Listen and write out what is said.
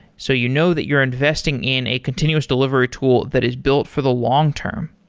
so you know that you're investing in a continuous delivery tool that is built for the long-term.